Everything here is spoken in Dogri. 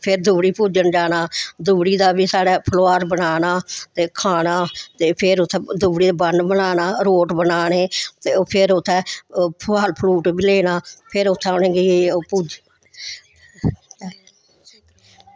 फिर द्रुब्बड़ी पूजन जाना द्रुब्बड़ी दा बी साढ़े फलोहार बनाना ते खाना ते फिर उत्थै द्रुब्बड़ी दा बन्न बनाना रोट बनाने ते ओह् फिर उत्थै फल फ्रूट बी लेना फिर उत्थै उ'नेंगी ओह् पूज्जि ओह्